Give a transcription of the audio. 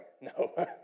no